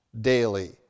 daily